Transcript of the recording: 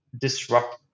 disrupt